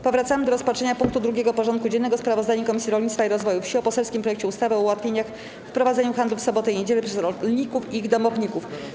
Powracamy do rozpatrzenia punktu 2. porządku dziennego: Sprawozdanie Komisji Rolnictwa i Rozwoju Wsi o poselskim projekcie ustawy o ułatwieniach w prowadzeniu handlu w soboty i niedziele przez rolników i ich domowników.